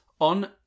on